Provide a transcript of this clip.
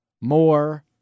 more